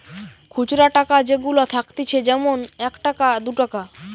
খুচরা টাকা যেগুলা থাকতিছে যেমন এক টাকা, দু টাকা